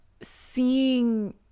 seeing